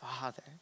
Father